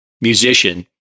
musician